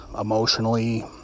emotionally